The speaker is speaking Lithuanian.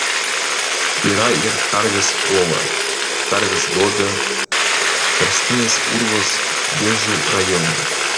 yra ir karvės ola karvės duobė karstinis urvas biržų rajone